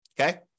okay